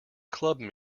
clubbed